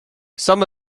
some